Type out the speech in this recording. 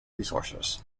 resources